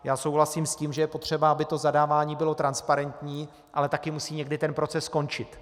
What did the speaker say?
Já souhlasím s tím, že je potřeba, aby zadávání bylo transparentní, ale taky musí někdy ten proces skončit.